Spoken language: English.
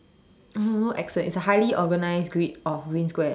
no no accent it's a highly organized grid of green Squares